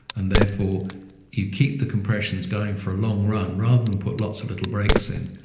and therefore you keep the compressions going for a long run, rather than put lots of little brakes in.